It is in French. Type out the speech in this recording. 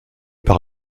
par